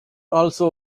also